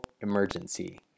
emergency